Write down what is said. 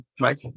right